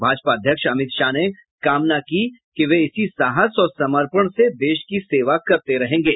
भाजपा अध्यक्ष अमित शाह ने कामना कि वे इसी साहस और समर्पण से देश की सेवा करते रहेंगे